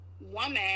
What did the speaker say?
woman